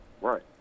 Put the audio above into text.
Right